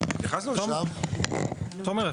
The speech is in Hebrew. תומר,